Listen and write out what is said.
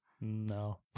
No